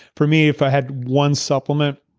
for me if i had one supplement,